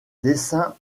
dessin